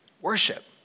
worship